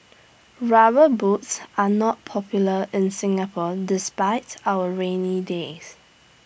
rubber boots are not popular in Singapore despite our rainy days